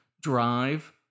drive